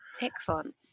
Excellent